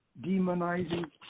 demonizing